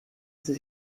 sie